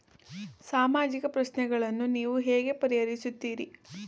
ಸಾಮಾಜಿಕ ಪ್ರಶ್ನೆಗಳನ್ನು ನೀವು ಹೇಗೆ ಪರಿಹರಿಸುತ್ತೀರಿ?